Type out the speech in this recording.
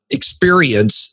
experience